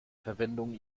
verwendung